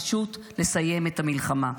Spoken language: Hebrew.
פשוט לסיים את המלחמה.